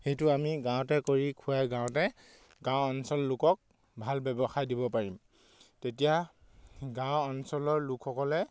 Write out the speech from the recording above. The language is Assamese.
সেইটো আমি গাঁৱতে কৰি খুৱাই গাঁৱতে গাঁও অঞ্চল লোকক ভাল ব্যৱসায় দিব পাৰিম তেতিয়া গাঁও অঞ্চলৰ লোকসকলে